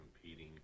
competing